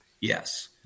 yes